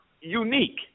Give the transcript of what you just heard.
unique